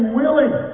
willing